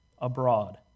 abroad